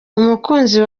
umukunzi